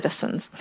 citizens